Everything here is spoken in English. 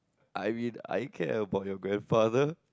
I mean I care about your grandfather